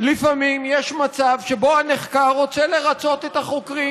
לפעמים יש מצב שבו הנחקר רוצה לרצות את החוקרים,